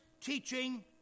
teaching